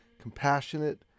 compassionate